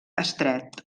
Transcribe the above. estret